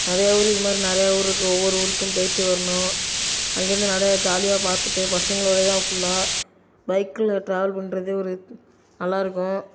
நிறையா ஊர் இது மாதிரி நிறையா ஊர் இருக்குது ஒவ்வொரு ஊருக்கும் போய்ட்டு வரணும் அங்கேருந்து நிறையா ஜாலியாக பார்த்துட்டு பசங்களோட தான் ஃபுல்லா பைக்ல ட்ராவல் பண்ணுறது ஒரு நல்லாருக்கும்